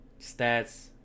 stats